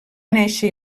néixer